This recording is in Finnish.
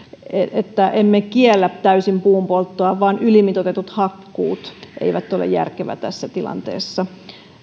että emme kiellä täysin puun polttoa vaan ylimitoitetut hakkuut eivät ole järkeviä tässä tilanteessa